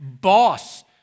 boss